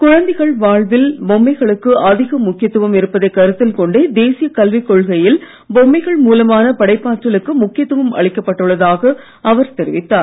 குழந்தைகளின் வாழ்வில் பொம்மைகளுக்கு அதிக முக்கியத்துவம் இருப்பதை கருத்தில் கொண்டே தேசிய கல்விக் கொள்கையில் பொம்மைகள் மூலமான படைப்பாற்றலுக்கு முக்கியத்துவம் அளிக்கப் பட்டுள்ளதாக அவர் தெரிவித்தார்